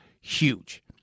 huge